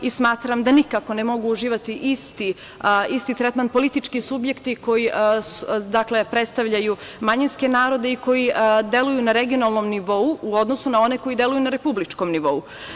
Smatram da nikako ne mogu uživati isti tretman politički subjekti koji predstavljaju manjinske narode i koji deluju na regionalnom nivou u odnosu na one koji deluju na republičkom nivou.